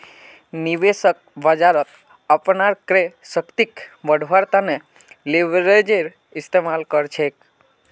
निवेशक बाजारत अपनार क्रय शक्तिक बढ़व्वार तने लीवरेजेर इस्तमाल कर छेक